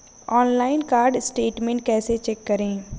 Online card statement कैसे check करें?